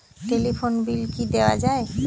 Telephone bill কি দেওয়া যায়?